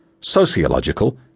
sociological